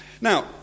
now